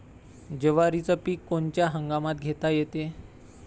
जवारीचं पीक कोनच्या हंगामात घेता येते?